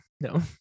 No